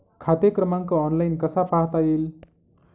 खाते क्रमांक ऑनलाइन कसा पाहता येईल?